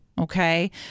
Okay